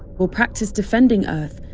will practise defending earth,